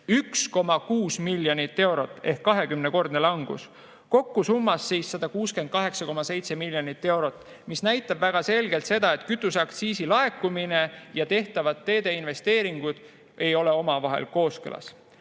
1,6 miljonit eurot ehk 20‑kordne langus, kokku summas 168,7 miljonit eurot. See näitab väga selgelt seda, et kütuseaktsiisi laekumine ja tehtavad teeinvesteeringud ei ole omavahel kooskõlas.